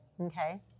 Okay